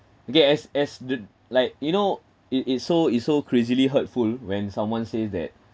guess as the like you know it is so it's so crazily hurtful when someone says that